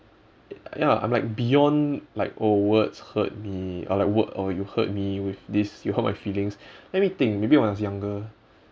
ya I'm like beyond like oh words hurt me I'll like wo~ oh you hurt me with this you hurt my feelings let me think maybe when I was younger